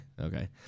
Okay